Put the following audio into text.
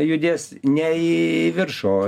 judės ne į viršų o